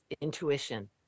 intuition